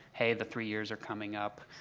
hey, the three years are coming up,